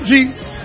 Jesus